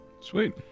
Sweet